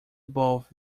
both